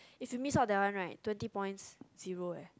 if you missed out that one right twenty points zero leh